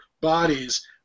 bodies